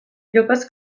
jokoz